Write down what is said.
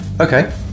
Okay